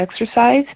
exercise